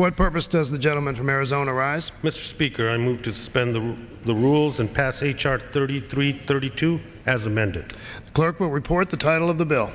what purpose does the gentleman from arizona arise mr speaker i move to spend the the rules and pass a chart thirty three thirty two as amended clerk will report the title of the bill